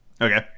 Okay